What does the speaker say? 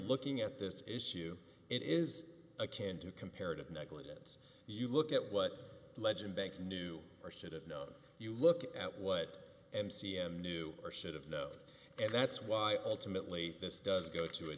looking at this issue it is a can do comparative negligence you look at what legend bank knew or should have known you look at what and c m knew or should have know and that's why ultimately this does go to a